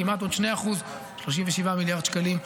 כמעט עוד 2% 37 מיליארד שקלים,